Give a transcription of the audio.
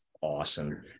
Awesome